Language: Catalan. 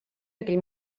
aquell